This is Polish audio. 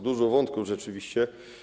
Dużo wątków rzeczywiście.